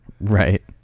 right